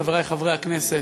חברי חברי הכנסת,